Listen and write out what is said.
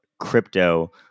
crypto